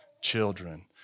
children